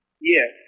Yes